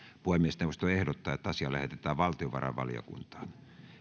puhemiesneuvosto ehdottaa että asia lähetetään valtiovarainvaliokuntaan